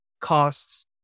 costs